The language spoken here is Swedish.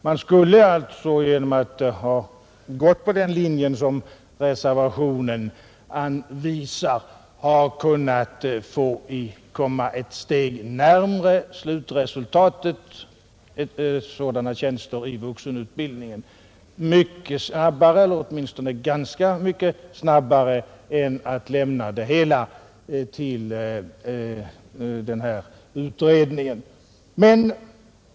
Genom att gå på den linje som reservationen anvisar skulle man alltså ha kunnat komma ett steg närmare slutresultatet, dvs. sådana tjänster i vuxenutbildningen, mycket snabbare eller åtminstone ganska mycket snabbare än om hela frågan lämnas till utredningen.